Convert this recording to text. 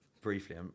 briefly